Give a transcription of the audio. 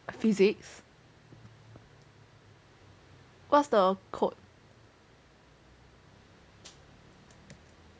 physics what's the code